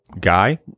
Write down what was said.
guy